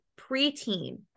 preteen